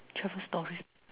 travel story